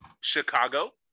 Chicago